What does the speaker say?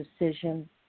decision